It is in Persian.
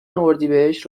اردیبهشت